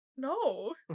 No